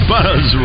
Buzz